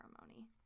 ceremony